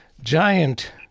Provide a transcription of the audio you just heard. giant